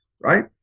right